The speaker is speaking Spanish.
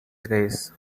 tres